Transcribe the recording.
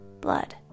blood